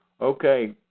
Okay